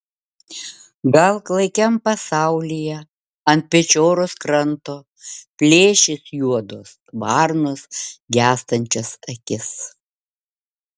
gal klaikiam pasaulyje ant pečioros kranto plėšys juodos varnos gęstančias akis